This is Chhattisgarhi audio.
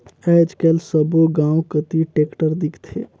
आएज काएल सब्बो गाँव कती टेक्टर दिखथे